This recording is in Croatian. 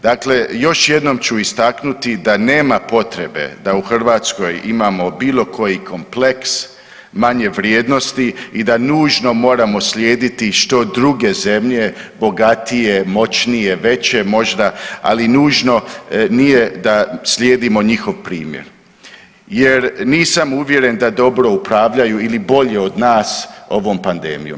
Dakle, još jednom ću istaknuti da nema potrebe da u Hrvatskoj imamo bilo koji kompleks manje vrijednosti i da nužno moramo slijediti što druge zemlje, bogatije, moćnije, veće možda ali nužno nije da slijedimo njihov primjer jer nisam uvjeren da dobro upravljaju ili bolje od nas ovom pandemijom.